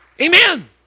Amen